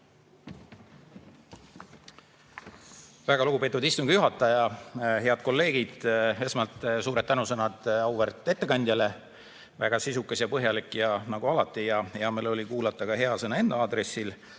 Väga lugupeetud istungi juhataja! Head kolleegid! Esmalt suured tänusõnad auväärt ettekandjale. Väga sisukas ja põhjalik nagu alati. Mul oli hea kuulata ka head sõna enda aadressil.